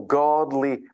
godly